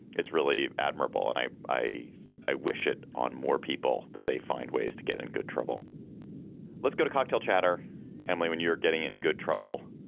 it's really admirable. and i i i wish it on more people that they find ways to get in good trouble let's go to cocktail chatter emily, when you're getting in good trouble.